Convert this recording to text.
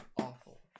awful